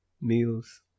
meals